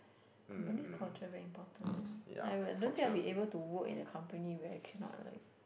company's culture very important eh I will I don't think I will be able to work in a company where I cannot like